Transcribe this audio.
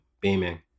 beaming